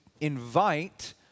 invite